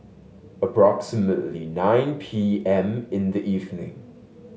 approximately nine P M in the evening